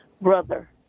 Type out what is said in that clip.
brother